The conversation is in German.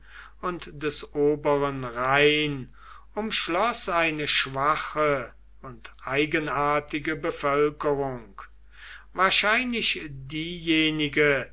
und des oberen rhein umschloß eine schwache und eigenartige bevölkerung wahrscheinlich diejenige